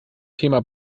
thema